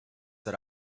that